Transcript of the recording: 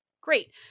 Great